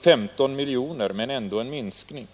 15 miljoner, men ändå en minskning.